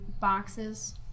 boxes